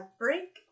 break